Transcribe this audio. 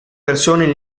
versione